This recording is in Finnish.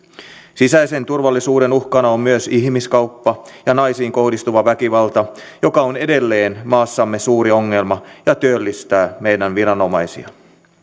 sisäisen turvallisuuden uhkana on myös ihmiskauppa ja naisiin kohdistuva väkivalta joka on edelleen maassamme suuri ongelma ja työllistää meidän viranomaisiamme